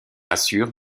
assure